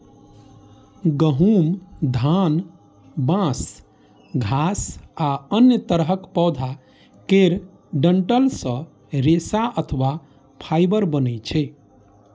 गहूम, धान, बांस, घास आ अन्य तरहक पौधा केर डंठल सं रेशा अथवा फाइबर बनै छै